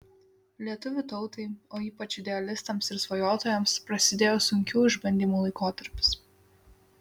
lietuvių tautai o ypač idealistams ir svajotojams prasidėjo sunkių išbandymų laikotarpis